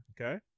Okay